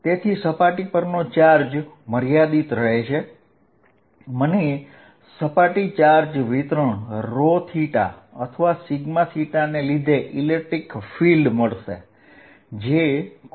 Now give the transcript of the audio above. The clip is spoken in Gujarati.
તેથી સપાટી પરનો ચાર્જ મર્યાદિત રહે છે મને સપાટી ચાર્જ વિતરણ અથવા cos ને લીધે ઇલેક્ટ્રિક ફીલ્ડ મળશે